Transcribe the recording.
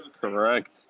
correct